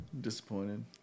disappointed